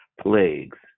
plagues